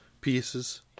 pieces